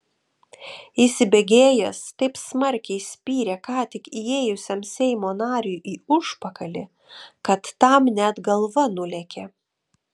įsibėgėjęs taip smarkiai spyrė ką tik įėjusiam seimo nariui į užpakalį kad tam net galva nulėkė